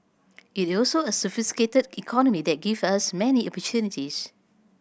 it also a sophisticated economy that give us many opportunities